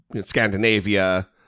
scandinavia